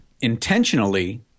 intentionally